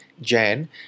Jan